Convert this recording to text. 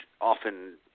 often